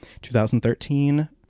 2013